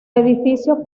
edificio